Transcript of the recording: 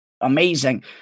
amazing